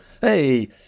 hey